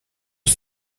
sur